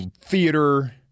theater